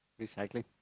Recycling